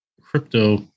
crypto